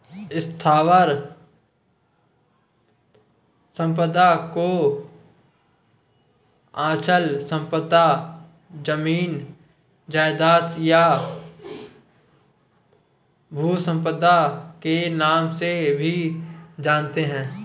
स्थावर संपदा को अचल संपदा, जमीन जायजाद, या भू संपदा के नाम से भी जानते हैं